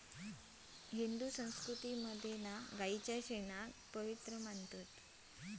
हिंदू संस्कृतीत गायीच्या शेणाक पवित्र मानतत